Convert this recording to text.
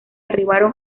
arribaron